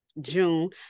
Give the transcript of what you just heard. June